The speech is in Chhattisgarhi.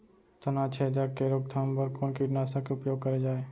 तनाछेदक के रोकथाम बर कोन कीटनाशक के उपयोग करे जाये?